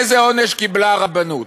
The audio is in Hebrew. איזה עונש קיבלה הרבנות?